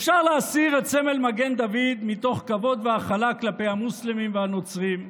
אפשר להסיר את סמל מגן דוד מתוך כבוד והכלה כלפי המוסלמים והנוצרים.